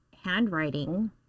handwriting